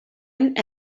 and